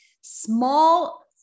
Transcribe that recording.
small